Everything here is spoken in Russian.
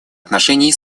отношений